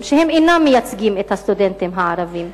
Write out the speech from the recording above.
שהם אינם מייצגים את הסטודנטים הערבים,